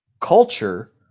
culture